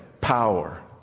power